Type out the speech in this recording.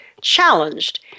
challenged